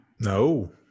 No